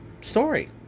story